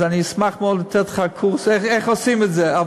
אשמח מאוד לתת לך קורס איך עושים את זה.